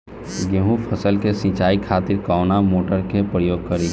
गेहूं फसल के सिंचाई खातिर कवना मोटर के प्रयोग करी?